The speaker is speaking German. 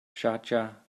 schardscha